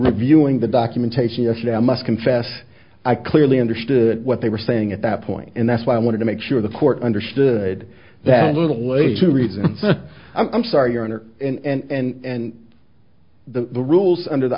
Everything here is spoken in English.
reviewing the documentation yesterday i must confess i clearly understood what they were saying at that point and that's why i wanted to make sure the court understood that a little lazy reason i'm sorry your honor and the rules under the